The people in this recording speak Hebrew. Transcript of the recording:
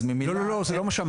אז -- לא, לא, זה לא מה שאמרתי.